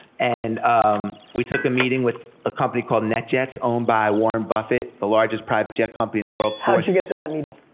and um we took a meeting with a company called netjets, owned by warren buffett, the largest private jet company in the world how did you get to that meeting?